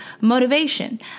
motivation